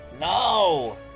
No